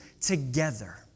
together